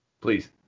Please